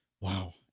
Wow